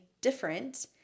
different